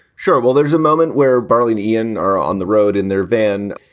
sure. well, there's a moment where bali and ian are on the road in their van.